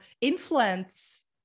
influence